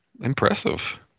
Impressive